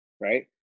right